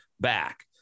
back